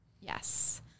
Yes